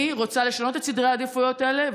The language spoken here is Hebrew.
אני רוצה לשנות את סדרי העדיפויות האלה,